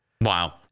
Wow